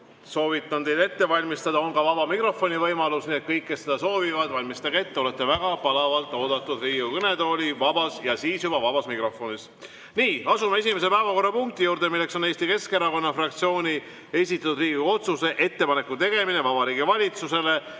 soovitan teil ette valmistada, on ka vaba mikrofoni võimalus. Nii et kõik, kes seda soovivad, valmistage ette! Olete väga palavalt oodatud Riigikogu kõnetooli vabas mikrofonis. Asume esimese päevakorrapunkti juurde, milleks on Eesti Keskerakonna fraktsiooni esitatud Riigikogu otsuse "Ettepaneku tegemine Vabariigi Valitsusele